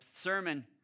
sermon